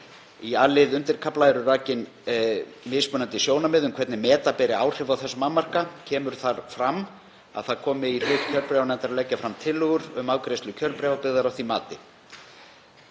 Í a-lið undirkafla 2.5.8 eru rakin mismunandi sjónarmið um hvernig meta beri áhrif þess annmarka. Kemur þar fram að það komi í hlut kjörbréfanefndar að leggja fram tillögur um afgreiðslu kjörbréfa byggðar á því mati.